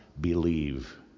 believe